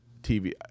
TV